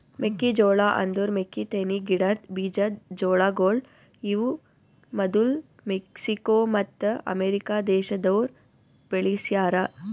ಮೆಕ್ಕಿ ಜೋಳ ಅಂದುರ್ ಮೆಕ್ಕಿತೆನಿ ಗಿಡದ್ ಬೀಜದ್ ಜೋಳಗೊಳ್ ಇವು ಮದುಲ್ ಮೆಕ್ಸಿಕೋ ಮತ್ತ ಅಮೇರಿಕ ದೇಶದೋರ್ ಬೆಳಿಸ್ಯಾ ರ